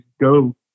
go